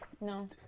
No